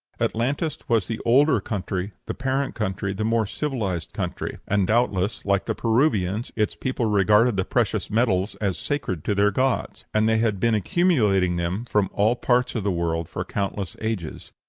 atlantis was the older country, the parent country, the more civilized country and, doubtless, like the peruvians, its people regarded the precious metals as sacred to their gods and they had been accumulating them from all parts of the world for countless ages.